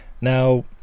Now